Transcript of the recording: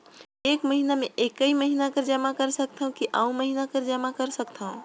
एक महीना मे एकई महीना कर जमा कर सकथव कि अउ महीना कर जमा कर सकथव?